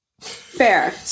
Fair